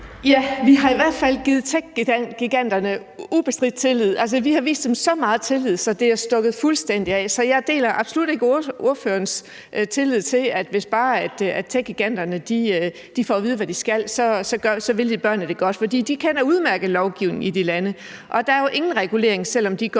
Vi har i hvert fald givet techgiganterne ubegrænset tillid, vi har vist dem så meget tillid, så det er stukket fuldstændig af. Så jeg deler absolut ikke ordførerens tillid til, at hvis bare techgiganterne får at vide, hvad de skal, vil de børnene det godt. For de kender udmærket lovgivningen i de lande, og der er jo ingen regulering, selv om de godt